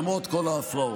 למרות כל ההפרעות.